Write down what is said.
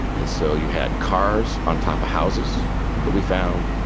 and so you had cars on top of houses that we found,